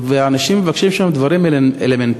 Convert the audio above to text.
והאנשים מבקשים שם דברים אלמנטריים,